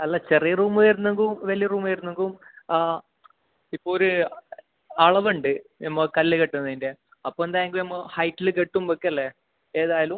അല്ല ചെറിയ റൂമ് വരുന്നെങ്കും വലിയ റൂമ് വരുന്നെങ്കും ഇപ്പോൾ ഒരു അളവുണ്ട് നമ്മൾ കല്ല് കെട്ടുന്നതിൻ്റെ അപ്പോൾ എന്തെങ്കും ഹൈറ്റിൽ കെട്ടുമ്പക്കല്ലേ ഏതായാലും